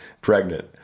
pregnant